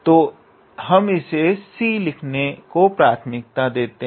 तो हम इसे c लिखने को प्राथमिकता देते हैं